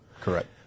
correct